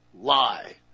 lie